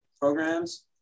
programs